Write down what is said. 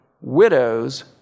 widows